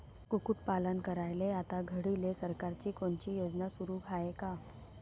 कुक्कुटपालन करायले आता घडीले सरकारची कोनची योजना सुरू हाये का?